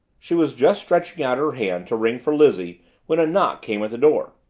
she was just stretching out her hand to ring for lizzie when a knock came at the door.